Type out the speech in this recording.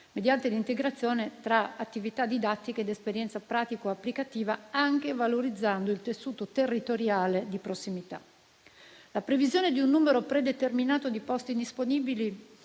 mediante l'integrazione tra attività didattiche ed esperienza pratico-applicativa anche valorizzando il tessuto territoriale di prossimità. La previsione di un numero predeterminato di posti disponibili